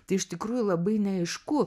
tai iš tikrųjų labai neaišku